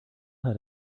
had